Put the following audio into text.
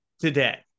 Today